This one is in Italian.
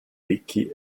ricchi